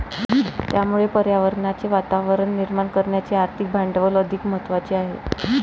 त्यामुळे पर्यावरणाचे वातावरण निर्माण करण्याचे आर्थिक भांडवल अधिक महत्त्वाचे आहे